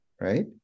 right